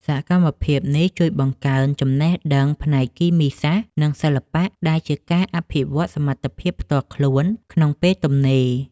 សកម្មភាពនេះជួយបង្កើនចំណេះដឹងផ្នែកគីមីសាស្ត្រ និងសិល្បៈ ដែលជាការអភិវឌ្ឍសមត្ថភាពផ្ទាល់ខ្លួនក្នុងពេលទំនេរ។